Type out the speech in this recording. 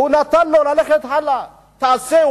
והוא נתן לו ללכת הלאה, תעשה.